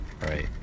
right